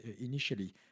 initially